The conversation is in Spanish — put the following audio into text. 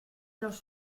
los